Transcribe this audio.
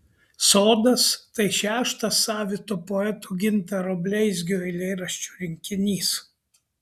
sodas tai šeštas savito poeto gintaro bleizgio eilėraščių rinkinys